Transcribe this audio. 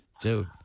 dude